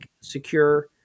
secure